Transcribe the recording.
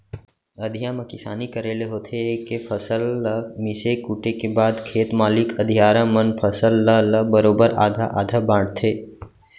अधिया म किसानी करे ले होथे ए के फसल ल मिसे कूटे के बाद खेत मालिक अधियारा मन फसल ल ल बरोबर आधा आधा बांटथें